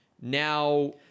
now